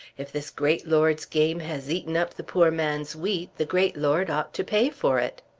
if this great lord's game has eaten up the poor man's wheat the great lord ought to pay for it.